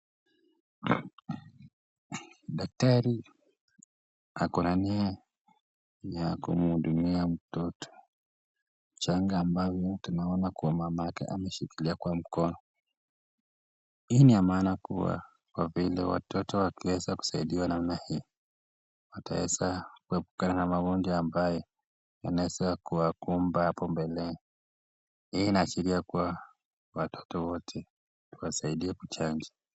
Daktari ako na nia ya kuhudumia mtoto changa ambayo tunamuona kwa mama yake ameshikilia kwa mkono. Hii ni ya maana kwa kuwa vile watoto wanaweza kusaidiwa namna hii wataweza kuepuka na magonjwa ambaye yanaweza kuwakumba hapo mbeleni. Hii inasharia kuwa watoto wote wasaidiwe chanjo.